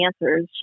answers